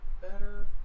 better